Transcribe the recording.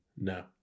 No